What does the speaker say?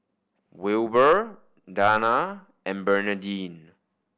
Wilber Danna and Bernadine